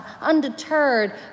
undeterred